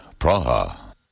Praha